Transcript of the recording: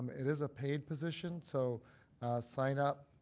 it is a paid position so sign up.